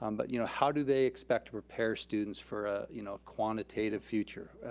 um but you know how do they expect to prepare students for a you know quantitative future?